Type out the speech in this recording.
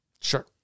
Sure